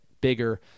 bigger